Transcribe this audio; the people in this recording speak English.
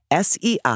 SEI